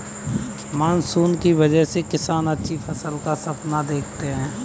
monsoon की वजह से किसान अच्छी फसल का सपना देखते हैं